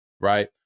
right